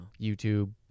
YouTube